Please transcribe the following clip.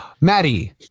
Maddie